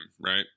right